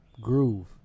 Groove